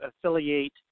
affiliate